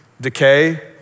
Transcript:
decay